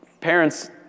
parents